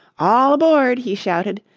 all aboard! he shouted,